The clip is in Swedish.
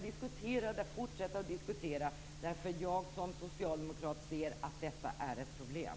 Vi skall fortsätta att diskutera därför att jag som socialdemokrat ser att det är ett problem.